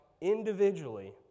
individually